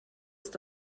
ist